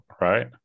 right